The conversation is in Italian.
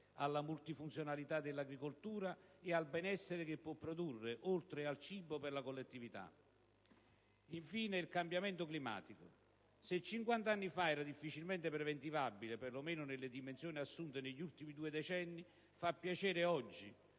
alla multifunzionalità dell'agricoltura e al benessere che, oltre al cibo, può produrre per la collettività. Infine, c'è il cambiamento climatico: se 50 anni fa era difficilmente preventivabile, perlomeno nelle dimensioni assunte negli ultimi due decenni, fa piacere oggi